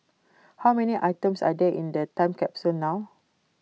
how many items are there in the time capsule now